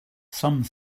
some